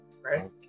Right